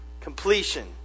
completion